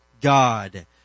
God